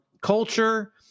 culture